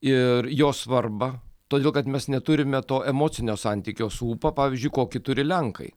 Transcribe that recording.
ir jo svarbą todėl kad mes neturime to emocinio santykio su upa pavyzdžiui kokį turi lenkai